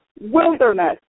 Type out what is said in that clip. wilderness